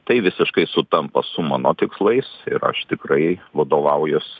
tai visiškai sutampa su mano tikslais ir aš tikrai vadovaujuosi